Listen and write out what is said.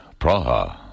Praha